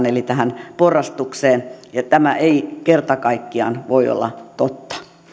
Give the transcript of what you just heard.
eli tähän porrastukseen tämä ei kerta kaikkiaan voi olla totta